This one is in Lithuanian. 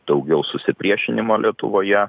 daugiau susipriešinimo lietuvoje